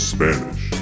Spanish